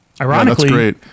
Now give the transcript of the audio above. Ironically